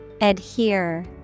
Adhere